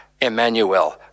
Emmanuel